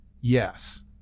yes